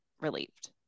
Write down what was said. relieved